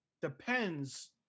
depends